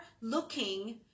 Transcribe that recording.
looking